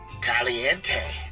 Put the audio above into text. Caliente